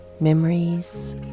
memories